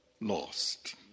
lost